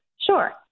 sure